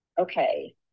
Okay